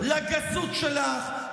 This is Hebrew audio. לגסות שלך,